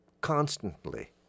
constantly